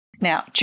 Now